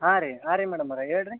ಹಾಂ ರೀ ಹಾಂ ರೀ ಮೇಡಮವರೆ ಹೇಳ್ರಿ